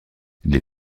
les